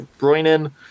Bruinen